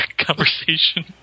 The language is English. conversation